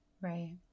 Right